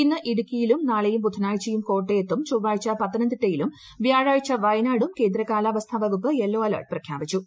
ഇന്ന് ഇടുക്കിയിലും നാളെയും ബുധനാഴ്ചയും കോട്ടയത്തും ചൊവ്വാഴ്ച പത്തനംതിട്ടയിലും വ്യാഴാഴ്ച വയനാടും കേന്ദ്ര കാലാവസ്ഥ വകുപ്പ് യെല്ലോ അലേർട്ട് പ്രഖ്യാപിച്ചു